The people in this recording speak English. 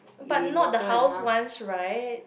but not the house ones right